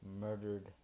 murdered